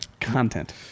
Content